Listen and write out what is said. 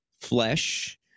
flesh